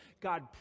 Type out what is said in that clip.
God